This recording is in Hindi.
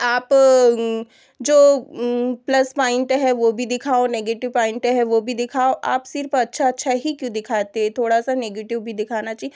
आप जो प्लस पॉइंट है वह भी दिखाओ नेगेटिव पॉइंट है वह भी दिखाओ आप सिर्फ अच्छा अच्छा ही क्यों दिखाते थोड़ा सा निगेटिव भी दिखाना चै